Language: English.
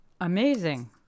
amazing